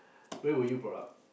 where were you brought up